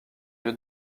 lieu